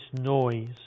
noise